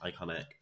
Iconic